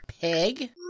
pig